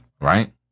right